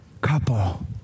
couple